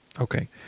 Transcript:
Okay